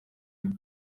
ngo